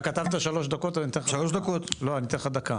אתה כתבת שלוש דקות, אני אתן לך דקה.